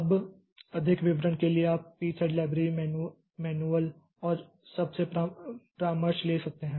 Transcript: अब अधिक विवरण के लिए आप इस pthread लाइब्रेरी मैनुअल और सब से परामर्श कर सकते हैं